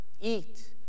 eat